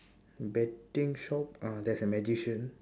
betting shop uh there's a magician